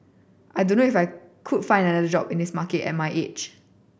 I don't know if I could find another job in this market at my age